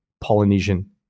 Polynesian